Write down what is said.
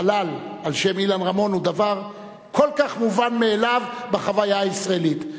חלל על שם אילן רמון הוא דבר כל כך מובן מאליו בחוויה הישראלית.